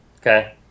Okay